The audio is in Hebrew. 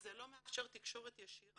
וזה לא מאפשר תקשורת ישירה.